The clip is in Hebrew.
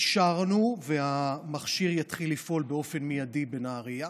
אישרנו, והמכשיר יתחיל לפעול באופן מיידי בנהריה,